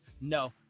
no